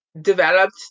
developed